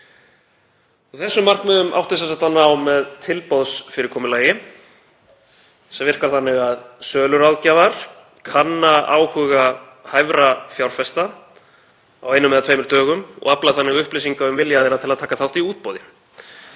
Þessum markmiðum átti sem sagt að ná með tilboðsfyrirkomulagi sem virkar þannig að söluráðgjafar kanna áhuga hæfra fjárfesta á einum eða tveimur dögum og afla þannig upplýsinga um vilja þeirra til að taka þátt í útboði.